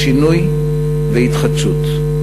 לשינוי והתחדשות.